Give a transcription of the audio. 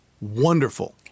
wonderful